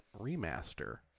remaster